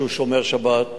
שהוא שומר שבת,